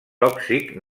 tòxic